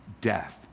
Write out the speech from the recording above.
death